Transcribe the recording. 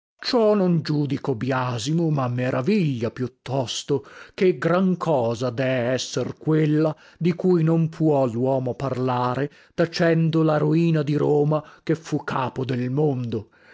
ciò non giudico biasimo ma meraviglia più tosto ché gran cosa dee esser quella di cui non può luomo parlare tacendo la roina di roma che fu capo del mondo